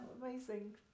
amazing